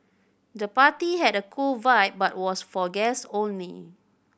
the party had a cool vibe but was for guests only